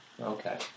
Okay